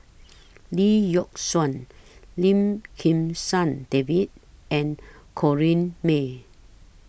Lee Yock Suan Lim Kim San David and Corrinne May